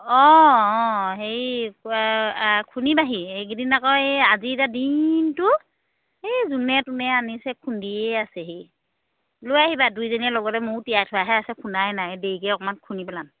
অঁ অঁ হেৰি খুন্দিবাহি এইকেইদিন আকৌ এই আজি এতিয়া দিনটো এই যোনে তোনে আনিছে খুন্দিয়ে আছেহি লৈ আহিবা দুইজনীয়ে লগতে মোৰো তিয়াই থোৱাহে আছে খুন্দাই নাই দেৰিকৈ অকণমান খুন্দি পেলাম